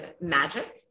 magic